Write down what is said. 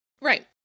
Right